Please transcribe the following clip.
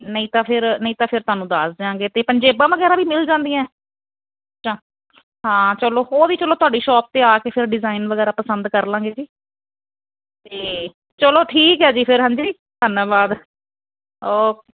ਤੇ ਨਹੀਂ ਤਾਂ ਫੇਰ ਨਹੀਂ ਤਾਂ ਫੇਰ ਤੁਹਾਨੂੰ ਦੱਸ ਦਿਆਂਗੇ ਤੇ ਪੰਜੇਬਾਂ ਵੈਗਰਾ ਵੀ ਮਿਲ ਜਾਂਦੀਆਂ ਹਾਂ ਚਲੋ ਉਹ ਵੀ ਚਲੋ ਤੁਹਾਡੀ ਸ਼ੋਪ ਤੇ ਆ ਕੇ ਫਿਰ ਡਿਜ਼ਾਇਨ ਵੈਗਰਾ ਪਸੰਦ ਕਰ ਲਾਂਗੇ ਜੀ ਤੇ ਚਲੋ ਠੀਕ ਐ ਜੀ ਫੇਰ ਹਾਂਜੀ ਧੰਨਵਾਦ ਓਕੇ